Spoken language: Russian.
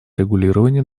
регулирование